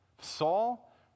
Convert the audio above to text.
Saul